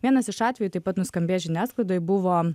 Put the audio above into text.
vienas iš atvejų taip pat nuskambėjęs žiniasklaidoj buvo